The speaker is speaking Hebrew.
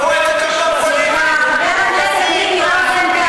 הכול משרות וג'ובים, זה כל הסיפור.